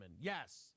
Yes